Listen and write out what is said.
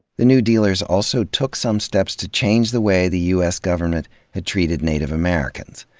the new dealers also took some steps to change the way the u s. government had treated native americans.